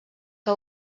que